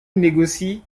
négocie